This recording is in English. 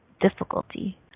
difficulty